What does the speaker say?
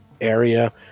area